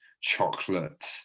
chocolate